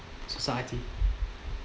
society